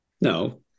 no